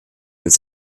ils